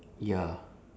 ya